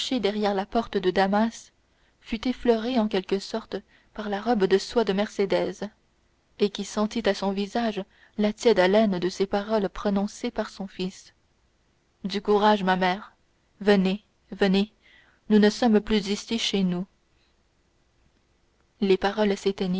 derrière la portière de damas fut effleuré en quelque sorte par la robe de soie de mercédès et qui sentit à son visage la tiède haleine de ces paroles prononcées par son fils du courage ma mère venez venez nous ne sommes plus ici chez nous les paroles